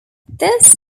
this